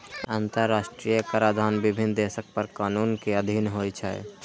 अंतरराष्ट्रीय कराधान विभिन्न देशक कर कानून के अधीन होइ छै